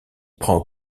prend